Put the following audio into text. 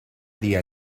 dia